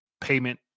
payment